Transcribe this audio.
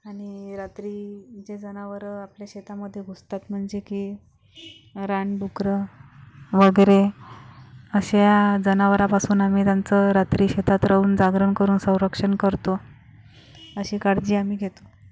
आणि रात्री जे जनावरं आपल्या शेतामध्ये घुसतात म्हणजे की रानडुकरं वगैरे अशा जनावरापासून आम्ही त्याचं रात्री शेतात राहून जागरण करून संरक्षण करतो अशी काळजी आम्ही घेतो